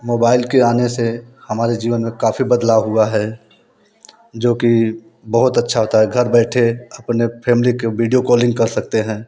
mobile के आने से हमारे जीवन में काफी बदलाव हुआ है जो की बहोत अच्छा होता है घर बैठे अपने फेम्ली को बिडिओ कौलिंग कर सकते हैं